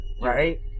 Right